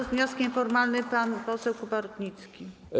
Z wnioskiem formalnym pan poseł Kuba Rutnicki.